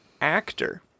actor